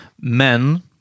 Men